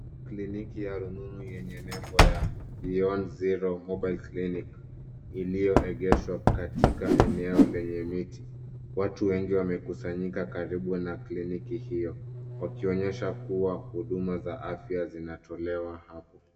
Kliniki ya rununu yenye nembo ya beyond zero mobile clinic iliyoegeshwa katika eneo lenye miti. Watu wengi wamekusanyika karibu na kliniki hiyo wakionyesha kuwa huduma za afya zinatolewa hapo.